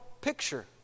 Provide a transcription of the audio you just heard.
picture